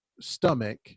stomach